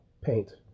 Paint